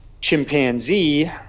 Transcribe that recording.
chimpanzee